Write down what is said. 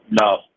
No